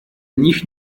них